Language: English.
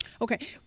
Okay